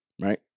Right